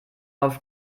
auf